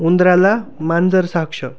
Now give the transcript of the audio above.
उंदराला मांजर साक्ष